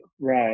Right